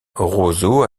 roseau